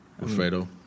Alfredo